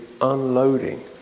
unloading